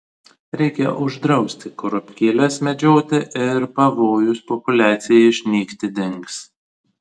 reikia uždrausti kurapkėles medžioti ir pavojus populiacijai išnykti dings